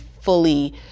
fully